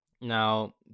Now